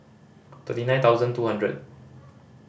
thirty nine thousand two hundred